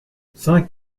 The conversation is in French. cinq